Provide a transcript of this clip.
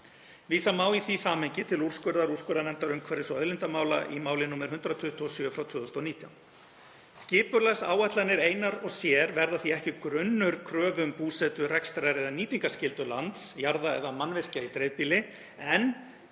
Vísa má til úrskurðar úrskurðarnefndar umhverfis- og auðlindamála í máli nr. 127/2019. Skipulagsáætlanir einar og sér verða því ekki grunnur kröfu um búsetu-, rekstrar- eða nýtingarskyldu lands, jarða eða mannvirkja í dreifbýli en